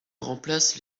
remplace